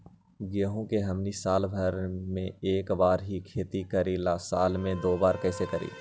गेंहू के हमनी साल भर मे एक बार ही खेती करीला साल में दो बार कैसे करी?